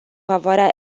favoarea